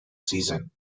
season